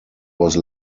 was